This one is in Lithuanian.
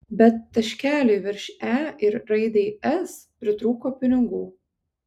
bet taškeliui virš e ir raidei s pritrūko pinigų